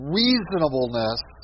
reasonableness